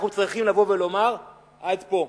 אנחנו צריכים לבוא ולומר: עד פה.